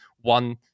one